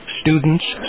students